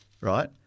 right